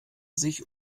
sich